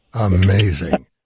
Amazing